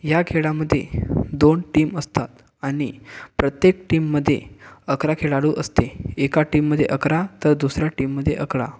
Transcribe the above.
या खेळामध्ये दोन टीम असतात आणि प्रत्येक टीममध्ये अकरा खेळाडू असते एका टीममध्ये अकरा तर दुसऱ्या टीममध्ये अकरा